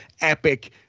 epic